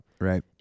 Right